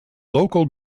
local